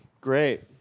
Great